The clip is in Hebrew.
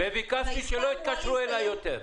וביקשתי שלא יתקשרו אליי יותר.